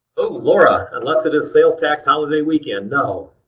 oh laura! unless it is sales tax holiday weekend, no.